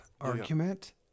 argument